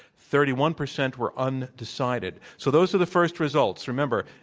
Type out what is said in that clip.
thirty one percent were undecided. so, those are the first results. remember,